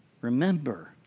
remember